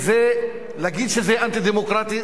להגיד שזה אנטי-דמוקרטי,